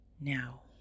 Now